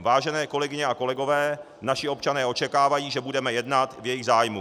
Vážené kolegyně a kolegové, naši občané očekávají, že budeme jednat v jejich zájmu.